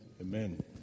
Amen